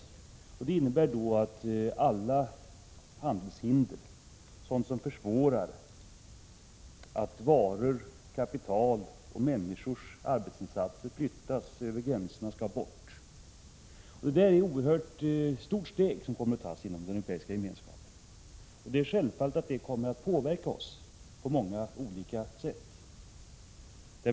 Det skulle innebära att alla handelshinder och annat som försvårar att varor, kapital och tjänster rör sig fritt över gränserna skall bort. Det är ett oerhört stort steg som självfallet kommer att påverka oss på många olika sätt.